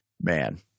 man